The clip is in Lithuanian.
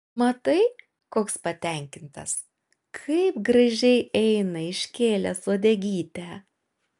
matai koks patenkintas kaip gražiai eina iškėlęs uodegytę